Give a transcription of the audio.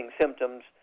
symptoms